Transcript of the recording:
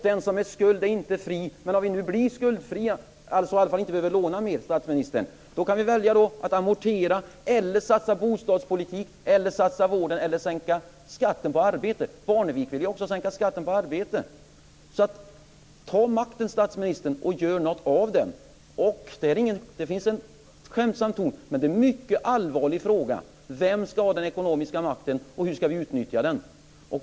Den som är i skuld är inte fri, men om vi nu blir skuldfria eller i alla fall inte behöver låna mer, kan vi välja att amortera eller satsa på bostadspolitik eller på vård eller sänka skatten på arbete. Percy Barnevik vill ju också sänka skatten på arbete. Ta makten statsministern, och gör något av den. Det finns en skämtsam ton, men det är en mycket allvarlig fråga. Vem skall ha den ekonomiska makten och hur skall vi utnyttja den?